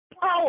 power